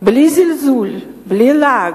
בלי זלזול, בלי לעג.